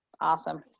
awesome